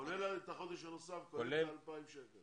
כולל את החודש הנוסף, כולל את ה-2,000 שקל.